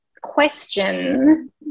question